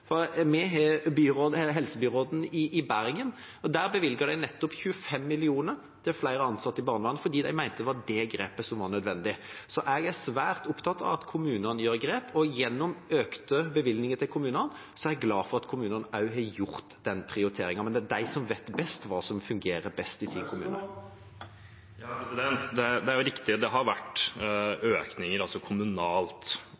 helsebyråden i Bergen ble det bevilget nettopp 25 mill. kr til flere ansatte i barnevernet, fordi de mente det var det grepet som var nødvendig. Så jeg er svært opptatt av at kommunene gjør grep, og gjennom økte bevilgninger til kommunene er jeg glad for at kommunene også har gjort den prioriteringen. Men det er de som vet best hva som fungerer best… Det er riktig at det har vært økninger kommunalt, at kommunene selv har